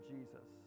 Jesus